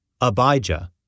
Abijah